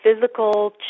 physical